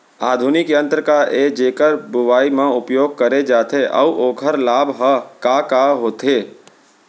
आधुनिक यंत्र का ए जेकर बुवाई म उपयोग करे जाथे अऊ ओखर लाभ ह का का होथे?